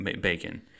bacon